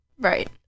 right